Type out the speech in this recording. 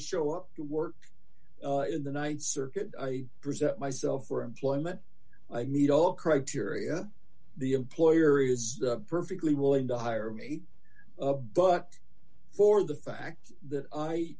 up to work in the night circuit i resent myself for employment i meet all criteria the employer is perfectly willing to hire me but for the fact that i